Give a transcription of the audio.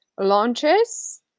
launches